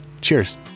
Cheers